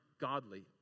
godly